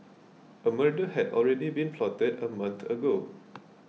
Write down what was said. a murder had already been plotted a month ago